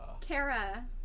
Kara